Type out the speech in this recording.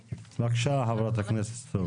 בבקשה, חברת הכנסת סטרוק.